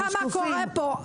אני אגיד לך מה קורה פה.